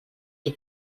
qui